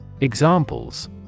Examples